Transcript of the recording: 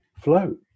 float